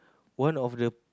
one of the